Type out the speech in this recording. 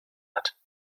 hat